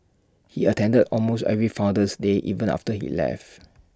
he attended almost every Founder's day even after he left